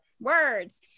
words